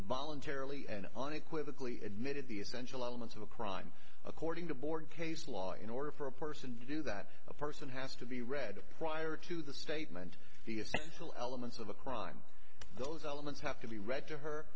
voluntarily and on equivocally admitted the essential elements of a crime according to border case law in order for a person to do that a person has to be read prior to the statement the essential elements of a crime those elements have to be read to her